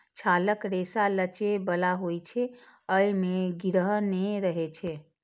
छालक रेशा लचै बला होइ छै, अय मे गिरह नै रहै छै